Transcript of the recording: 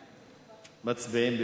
מצביעים.